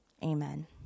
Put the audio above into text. Amen